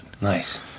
Nice